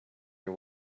you